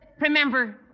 Remember